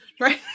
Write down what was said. Right